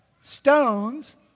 stones